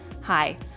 Hi